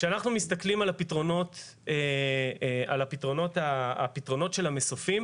כשאנחנו מסתכלים על הפתרונות של המסופים,